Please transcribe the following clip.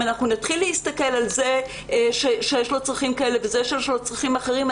אם נתחיל להסתכל על זה שיש לו צרכים כאלה ולהוא יש צרכים אחרים,